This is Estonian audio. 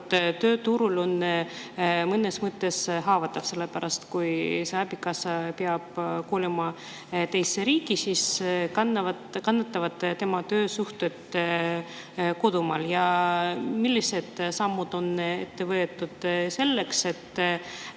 tööturul on mõnes mõttes haavatav. Kui see abikaasa peab kolima teise riiki, kannatavad tema töösuhted kodumaal. Millised sammud on ette võetud selleks, et